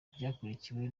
byakurikiwe